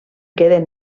queden